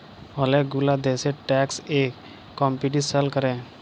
ওলেক গুলা দ্যাশে ট্যাক্স এ কম্পিটিশাল ক্যরে